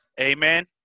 Amen